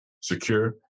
secure